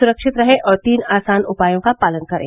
सुरक्षित रहें और तीन आसान उपायों का पालन करें